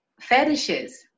fetishes